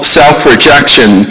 self-rejection